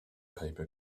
paper